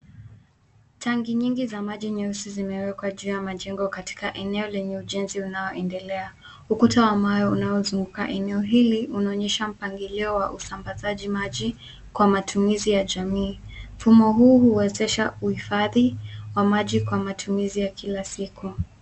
Tangi nyingi za maji nyeusi zimewekwa juu ya majengo katika eneo lenye ujenzi unaoendelea. Ukuta wa mawe unaozunguka eneo hili unaonyesha mpangilio wa usambazaji maji kwa matumizi ya jamii. Mfumo huu huwezesha uhifadhi wa maji kwa matumizi ya kila siku.